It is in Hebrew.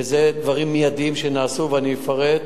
ואלה דברים מיידיים שנעשו, ואני אפרט,